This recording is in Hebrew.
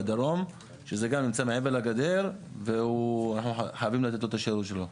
בדרום שזה גם נמצא מעבר לגדר ואנחנו חייבים לתת לו את השירות שלו.